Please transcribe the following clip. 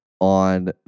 on